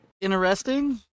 Interesting